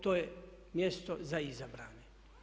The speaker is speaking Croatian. To je mjesto za izabrane.